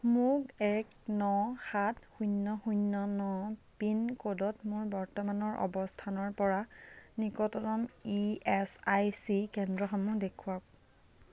মোক এক ন সাত শূন্য শূন্য ন পিন ক'ডত মোৰ বৰ্তমানৰ অৱস্থানৰ পৰা নিকটতম ই এচ আই চি কেন্দ্ৰসমূহ দেখুৱাওক